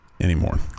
anymore